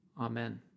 Amen